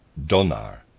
Donar